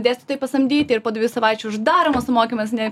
dėstytojai pasamdyti ir po dviejų savaičių uždaro mūsų mokymus nei